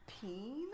Peen